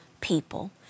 people